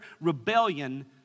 rebellion